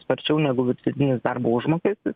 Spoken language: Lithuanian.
sparčiau negu vidutinis darbo užmokestis